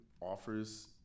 offers